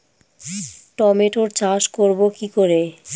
টমেটোর চাষ করব কি করে?